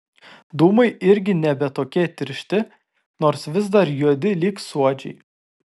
dūmai irgi nebe tokie tiršti nors vis dar juodi lyg suodžiai